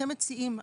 אתם מציעים,